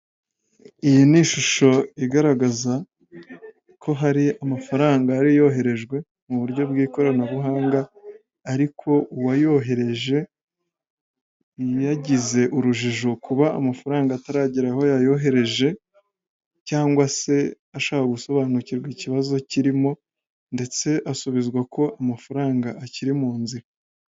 Iyi ni ishusho igaragaza ko hari amafaranga yari yoherejwe mu buryo bw'ikoranabuhanga, ariko uwayoheje yagize urujijo kuba amafaranga ataragera aho yayohereje cyangwa se ashaka gusobanukirwa ikibazo kirimo ndetse asubizwa ko amafaranga akiri mu nzira.